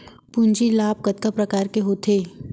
पूंजी लाभ कतना प्रकार के होथे?